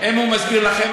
אם הוא מסביר לכם,